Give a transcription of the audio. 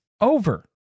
over